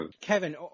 Kevin